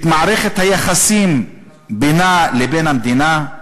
את מערכת היחסים בינה לבין המדינה,